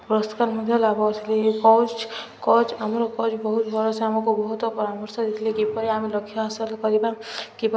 ପୁରସ୍କାର ମଧ୍ୟ ଲାଭ ଥିଲେ ଏ କୋଚ୍ କୋଚ୍ ଆମର କୋଚ୍ ବହୁତ ଭଲ ସେ ଆମକୁ ବହୁତ ପରାମର୍ଶ ଦେଇଥିଲେ କିପରି ଆମେ ଲକ୍ଷ୍ୟ ହାସଲ କରିବା କିପରି